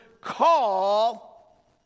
call